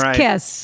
kiss